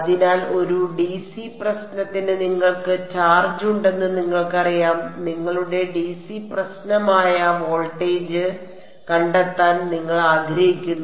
അതിനാൽ ഒരു ഡിസി പ്രശ്നത്തിന് നിങ്ങൾക്ക് ചാർജ് ഉണ്ടെന്ന് നിങ്ങൾക്കറിയാം നിങ്ങളുടെ ഡിസി പ്രശ്നമായ വോൾട്ടേജ് കണ്ടെത്താൻ നിങ്ങൾ ആഗ്രഹിക്കുന്നു